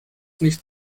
nicht